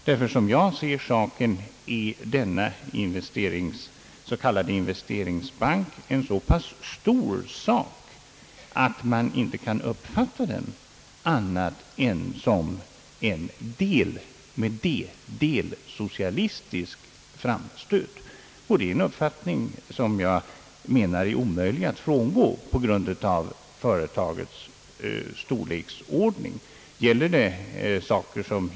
Den s.k. investeringsbanken är enligt min mening en så pass stor sak att man inte kan uppfatta den annat än såsom en delsocialistisk framstöt. Det är en uppfattning som jag anser det på grund av företagets storlek omöjligt att frångå.